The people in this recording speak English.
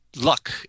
luck